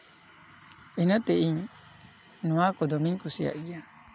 ᱤᱱᱟᱹᱛᱮ ᱤᱧ ᱱᱚᱣᱟ ᱠᱚ ᱫᱚᱢᱮᱧ ᱠᱩᱥᱤᱭᱟᱜ ᱜᱮᱭᱟ